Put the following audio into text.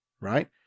right